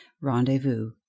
Rendezvous